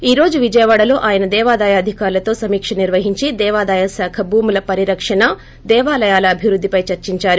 ఈ రోజు విజయవాడలో ఆయన దేవాదాయ అధికారులతో సమీక నిర్వహించి దేవాదాయ శాఖ భూముల పరిరక్షణ దేవాలయాల అభివృద్దిపై చర్చించారు